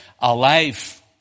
alive